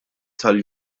tal